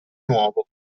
nuovo